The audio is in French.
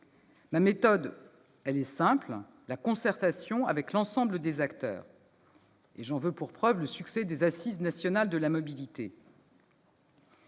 Ma méthode est simple. Elle repose sur la concertation avec l'ensemble des acteurs. J'en veux pour preuve le succès des Assises nationales de la mobilité.